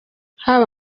haba